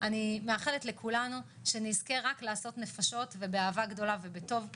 אני מאחלת לכולנו שנזכה רק לעשות נפשות ובאהבה גדולה ובטוב.